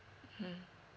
mmhmm